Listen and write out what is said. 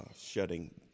shutting